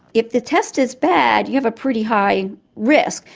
if the test is bad, you have a pretty high risk.